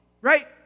right